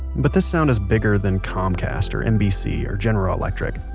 but this sound is bigger than comcast or nbc or general electric.